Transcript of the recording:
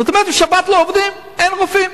זאת אומרת שבשבת לא עובדים, אין רופאים.